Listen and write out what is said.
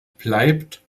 bleibt